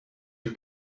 you